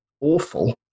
awful